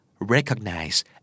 recognize